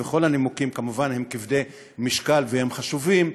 וכל הנימוקים כמובן הם כבדי משקל והם חשובים,